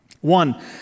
One